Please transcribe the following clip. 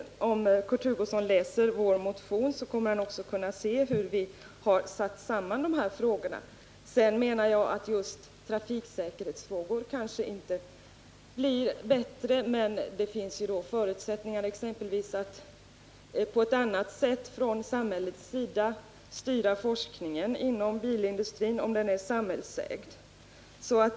Om Kurt Hugosson läser vår motion kommer han också att kunna se hur vi har tagit fram det samband som finns. Sedan menar jag att just trafiksäkerheten kanske inte blir bättre, men det finns ju bättre förutsättningar att t.ex. från samhällets sida styra forskningen inom bilindustrin om den är samhällsägd.